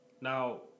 Now